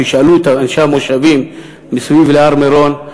תשאלו את אנשי המושבים מסביב להר-מירון,